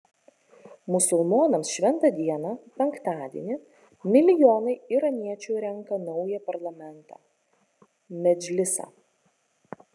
musulmonams šventą dieną penktadienį milijonai iraniečių renka naują parlamentą medžlisą